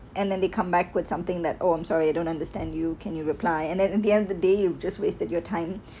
and then they come back with something that oh I'm sorry I don't understand you can you reply and at the end of the day you just wasted your time